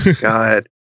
God